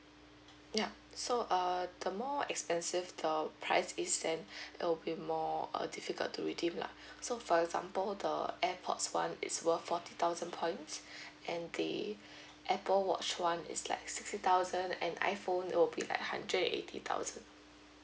ya so uh the more expensive the price is then it will be more err difficult to redeem lah so for example the airpods one is worth forty thousand points and the apple watch one is like sixty thousand and iphone will be like hundred and eighty thousand